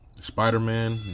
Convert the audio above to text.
spider-man